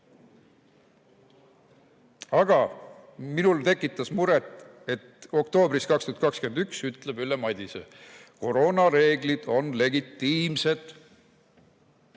Aga minul tekitas muret, et oktoobris 2021 ütles Ülle Madise: koroonareeglid on legitiimsed.